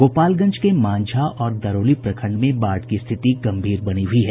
गोपालगंज के मांझा और दरौली प्रखंड में बाढ़ की स्थिति गंभीर बनी हुई है